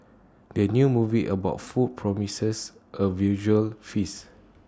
the new movie about food promises A visual feast